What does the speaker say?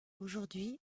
aujourd’hui